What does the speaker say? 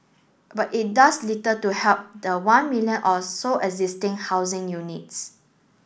but it does little to help the one million or so existing housing units